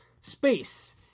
space